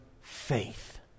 faith